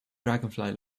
dragonfly